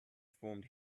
formed